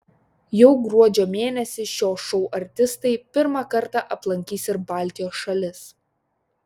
jau gruodžio mėnesį šio šou artistai pirmą kartą aplankys ir baltijos šalis